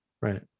right